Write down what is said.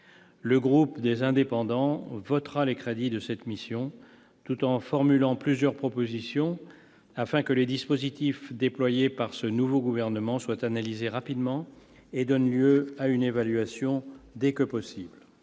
du groupe Les Indépendants l'espèrent ! Ils voteront les crédits de la mission, tout en formulant plusieurs propositions pour que les dispositifs déployés par le nouveau Gouvernement soient analysés rapidement et fassent l'objet d'une évaluation dès que possible.